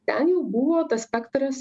ten jau buvo tas spektras